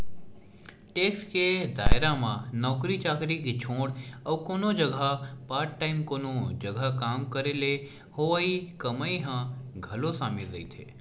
tax के दायरा म नौकरी चाकरी के छोड़ अउ कोनो जघा पार्ट टाइम कोनो जघा काम करे ले होवई कमई ह घलो सामिल रहिथे